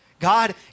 God